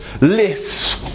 lifts